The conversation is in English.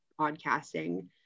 podcasting